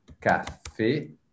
café